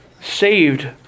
saved